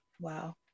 wow